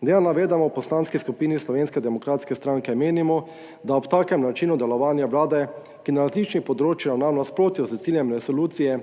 na navedeno v Poslanski skupini Slovenske demokratske stranke menimo, da ob takem načinu delovanja vlade, ki na različnih področjih ravna v nasprotju s ciljem resolucije,